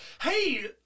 Hey